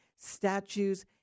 statues